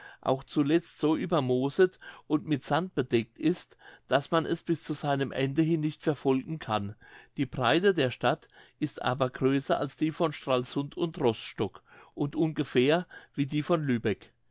auch zuletzt so übermooset und mit sand bedeckt ist daß man es bis zu seinem ende hin nicht verfolgen kann die breite der stadt ist aber größer als die von stralsund und rostock und ungefähr wie die von lübeck